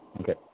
Okay